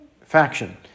faction